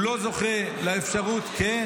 הוא לא זוכה לאפשרות --- המיעוט החרדי?